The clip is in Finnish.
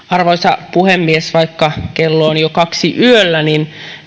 arvoisa puhemies vaikka kello on jo kaksi yöllä niin